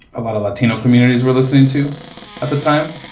a lot of latino communities were listening to at the time,